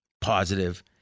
positive